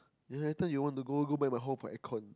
then later you want to go go back my home for aircon